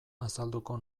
azalduko